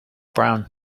brown